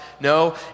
No